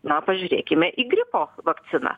na pažiūrėkime į gripo vakciną